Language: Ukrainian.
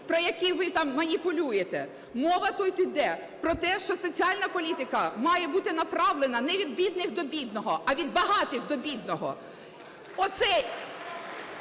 про які ви маніпулюєте. Мова тут іде про те, що соціальна політика має бути направлена не від бідних до бідного, а від багатих до бідного. І